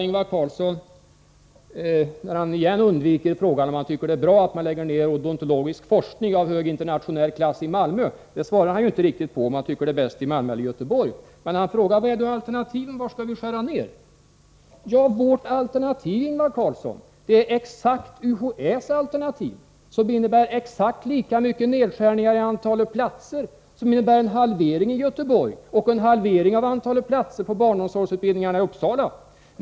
Ingvar Carlsson undviker på nytt frågan om han tycker att det är bra att lägga ner odontologisk forskning av hög internationell klass i Malmö. Han svarar inte på om han tycker att det är bäst att lägga ned i Malmö eller i Göteborg, men han frågar: Vilka är alternativen? Var skall vi skära ner? Vårt alternativ, Ingvar Carlsson, är exakt UHÄ:s alternativ, som innebär exakt lika stora nedskärningar i antal platser räknat. Det innebär en halvering i Göteborg och en halvering av antalet platser på barnomsorgsutbildningen i Uppsala.